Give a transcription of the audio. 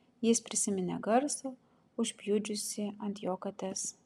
jis prisiminė garsą užpjudžiusį ant jo kates